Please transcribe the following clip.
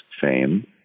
fame